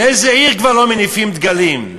באיזה עיר כבר לא מניפים דגלים?